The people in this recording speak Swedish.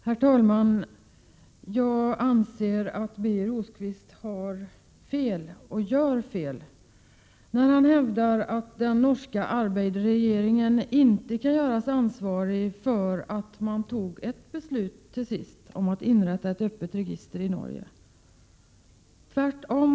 Herr talman! Jag anser att Birger Rosqvist har fel och gör fel, när han hävdar att den norska arbetarregeringen inte kan göras ansvarig för att den till sist fattade beslut om att inrätta ett öppet register i Norge — tvärtom.